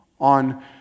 on